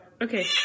Okay